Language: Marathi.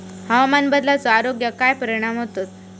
हवामान बदलाचो आरोग्याक काय परिणाम होतत?